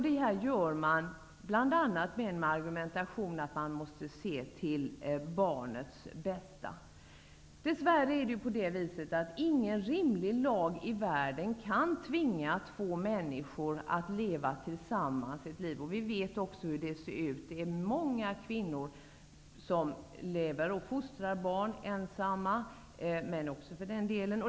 Detta görs bl.a. med argumentet att man måste se till barnets bästa. Dess värre kan ingen rimlig lag i världen tvinga två människor att leva ett liv tillsammans. Vi vet också hur det ser ut. Det är många kvinnor som lever och fostrar barn ensamma -- också män för den delen.